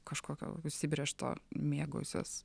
kažkokio užsibrėžto mėgausiuos